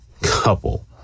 couple